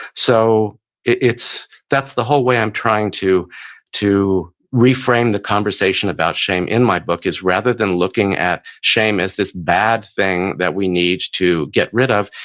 so that's the whole way i'm trying to to reframe the conversation about shame in my book is rather than looking at shame as this bad thing that we need to get rid of,